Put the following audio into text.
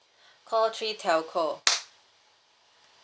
call three telco